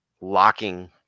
locking